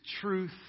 Truth